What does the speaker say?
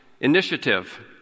initiative